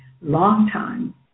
longtime